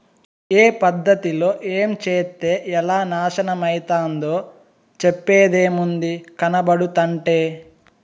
ఏ పద్ధతిలో ఏంచేత్తే ఎలా నాశనమైతందో చెప్పేదేముంది, కనబడుతంటే